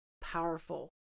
powerful